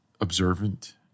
observant